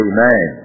Amen